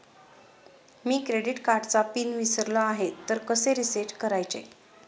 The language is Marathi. मी क्रेडिट कार्डचा पिन विसरलो आहे तर कसे रीसेट करायचे?